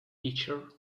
teacher